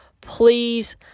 please